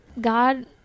God